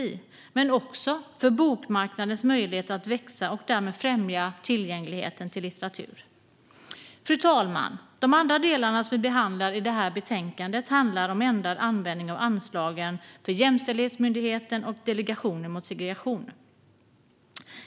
Men det kommer också att underlätta för bokmarknadens möjligheter att växa och därmed främja tillgängligheten till litteratur. Fru talman! De andra delarna som vi behandlar i detta betänkande handlar om ändrad användning av anslagen för Jämställdhetsmyndigheten och Delegationen mot segregation.